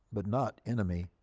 but not enemy.